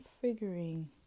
figuring